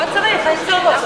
לא צריך, אין צורך.